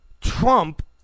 Trump